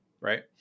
right